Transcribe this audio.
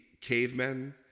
cavemen